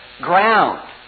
ground